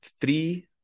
three